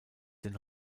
den